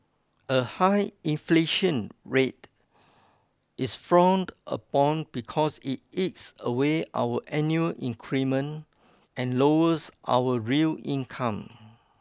a high inflation rate is frowned upon because it eats away our annual increment and lowers our real income